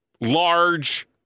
large